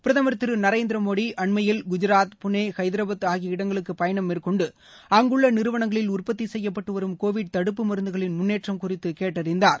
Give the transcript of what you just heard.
பிரதம் திரு நரேந்திரமோடி அண்மையில் குஜராத் புனே ஹைதராபாத் ஆகிய இடங்களுக்கு பயணம் மேற்கொண்டு அங்குள்ள நிறுவனங்களில் உற்பத்தி செய்யப்பட்டு வரும் கோவிட் தடுப்பு மருந்துகளின் முன்னேற்றம் குறித்து கேட்டறிந்தார்